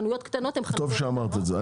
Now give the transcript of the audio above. טוב שאמרת את זה,